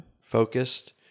focused